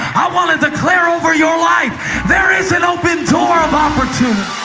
i want to declare over your life there is an open door of opportunity.